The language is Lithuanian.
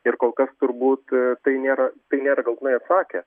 ir kol kas turbūt tai nėra į tai nėra galutinai atsakę